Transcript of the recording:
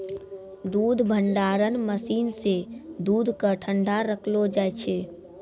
दूध भंडारण मसीन सें दूध क ठंडा रखलो जाय छै